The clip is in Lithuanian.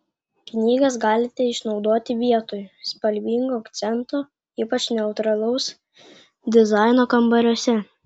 knygas galite išnaudoti vietoj spalvingo akcento ypač neutralaus dizaino kambariuose